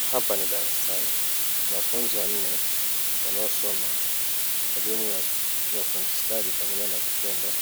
Hapa ni darasani wanafunzi wanne wanaosoma elimu ya ufundi stadi pamoja na vitendo,